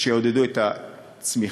שיעודדו את הצמיחה.